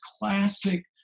classic